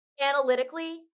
analytically